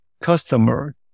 customer